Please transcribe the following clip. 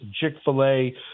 Chick-fil-A